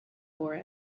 for